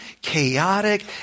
chaotic